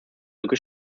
lücke